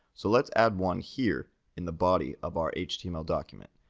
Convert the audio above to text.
so let's add one here in the body of our html document,